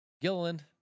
Gilliland